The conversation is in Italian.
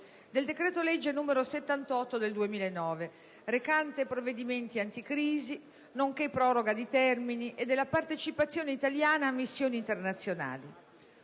del decreto-legge n. 78 del 2009 recante provvedimenti anticrisi, nonché proroga di termini e della partecipazione italiana a missioni internazionali.